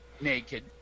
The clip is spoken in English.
naked